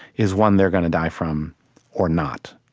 is one they're going to die from or not?